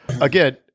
again